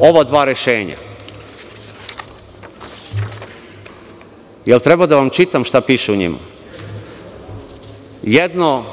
ova dva rešenja. Da li treba da vam čitam šta piše u njima? Jedno